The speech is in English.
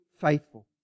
faithful